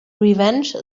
revenge